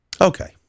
Okay